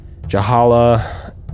Jahala